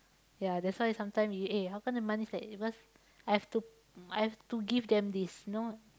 ya that's why sometimes you eh how come the money is like because I have to I have to give them this you know